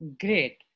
Great